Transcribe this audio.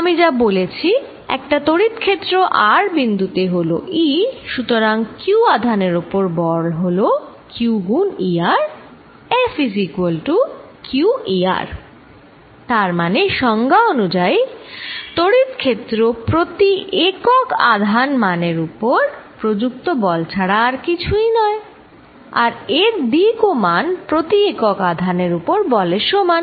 আমি যা বলেছি একটা তড়িৎক্ষেত্র r বিন্দুতে হল E সুতরাং q আধানের উপর বল হল q গুন E r তার মানে সংজ্ঞানুযায়ী তড়িৎ ক্ষেত্র প্রতি একক আধান মানের উপর প্রযুক্ত বল ছাড়া আর কিছুই নয় আর এর দিক ও মান প্রতি একক আধান এর উপর বলের সমান